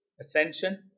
ascension